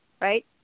Right